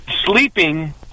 sleeping